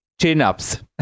Chin-ups